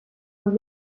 und